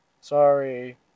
Sorry